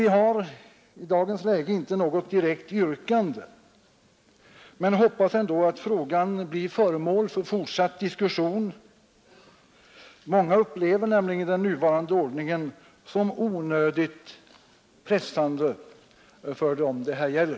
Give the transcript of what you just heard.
Vi har i dagens läge inte något direkt yrkande men hoppas att frågan blir föremål för fortsatt diskussion. Många upplever nämligen den nuvarande ordningen som onödigt pressande för dem det här gäller.